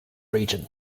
region